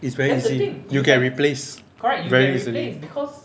it's very easy you get replaced very easily